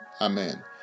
Amen